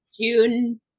june